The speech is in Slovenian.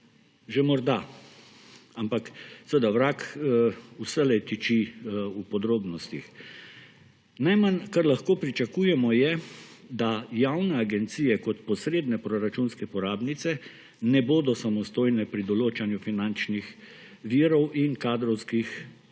Že morda, ampak seveda vrag vselej tiči v podrobnostih. Najmanj, kar lahko pričakujemo, je, da javna agencije kot posredne proračunske porabnice ne bodo samostojne pri določanju finančnih virov in kadrovskih